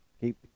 Keep